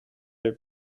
are